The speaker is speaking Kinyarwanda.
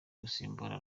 gusimbura